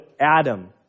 Adam